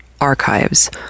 archives